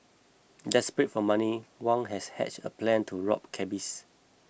desperate for money Wang had hatched a plan to rob cabbies